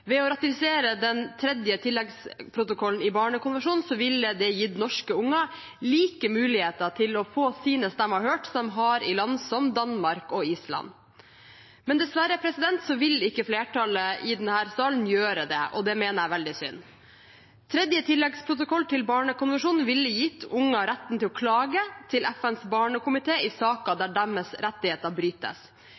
Ved å ratifisere den tredje tilleggsprotokollen i barnekonvensjonen ville vi gitt norske unger like muligheter til å få sine stemmer hørt som de har i land som Danmark og Island. Men dessverre vil ikke flertallet i denne salen gjøre det, og det mener jeg er veldig synd. Tredje tilleggsprotokoll til barnekonvensjonen ville gitt unger retten til å klage til FNs barnekomité i saker